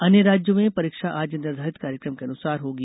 अन्य राज्यों में परीक्षा आज निर्धारित कार्यक्रम के अनुसार होगी